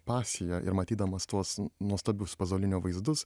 pasiją ir matydamas tuos nuostabius pazolinio vaizdus